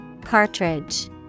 Cartridge